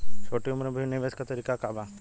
छोटी उम्र में भी निवेश के तरीका क बा?